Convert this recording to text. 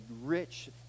rich